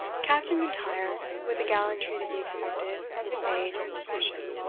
captain m'intyre, with the gallantry to be expected from his age and profession,